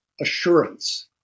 assurance